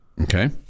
Okay